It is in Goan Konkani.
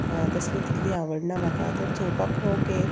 तसलीं तितलीं आवडना म्हाका तें चोवपाक ओके